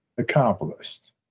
Accomplished